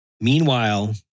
meanwhile